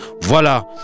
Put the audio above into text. Voilà